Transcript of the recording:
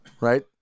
right